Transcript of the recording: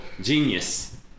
genius